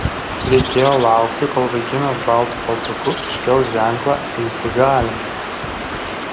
reikėjo laukti kol vaikinas baltu paltuku iškels ženklą eiti galima